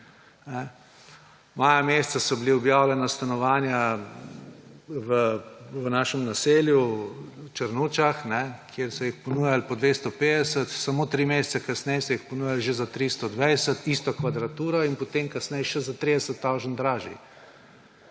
Meseca maja so bila objavljena stanovanja v našem naselju v Črnučah, kjer so jih ponujali po 250, samo tri mesece kasneje so jih ponujali že za 320, isto kvadraturo, in potem kasneje še za 30 tisoč dražje.